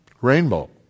rainbow